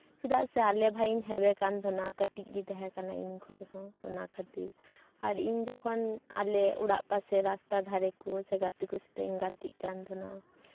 ᱪᱮᱫᱟᱜ ᱥᱮ ᱟᱞᱮ ᱵᱷᱟᱭᱤᱧ ᱦᱮᱣᱮ ᱠᱟᱱ ᱛᱟᱦᱮᱱᱟ ᱠᱟᱹᱴᱤᱡ ᱜᱮᱭ ᱛᱟᱦᱮᱸᱠᱟᱱᱟ ᱤᱧ ᱠᱷᱚᱡ ᱦᱚᱸ ᱚᱱᱟ ᱠᱷᱟᱹᱛᱤᱨ ᱟᱨ ᱤᱧ ᱡᱚᱠᱷᱚᱱ ᱟᱞᱮ ᱚᱲᱜ ᱯᱟᱥᱮ ᱨᱟᱥᱛᱟ ᱫᱷᱟᱨᱮ ᱠᱚ ᱥᱮ ᱜᱟᱛᱮ ᱠᱚ ᱥᱟᱣᱛᱤᱧ ᱜᱟᱛᱮᱜ ᱠᱟᱱ ᱛᱟᱦᱮᱱᱟ